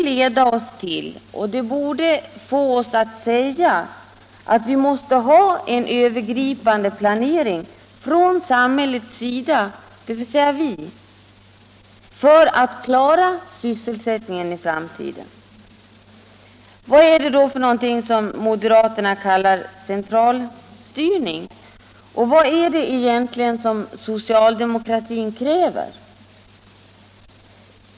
Detta borde säga oss att vi måste ha en övergripande planering från samhällets sida för att i framtiden klara sysselsättningen. Vad är det moderaterna kallar centralstyrning, och vad är det egentligen som socialdemokratin kräver?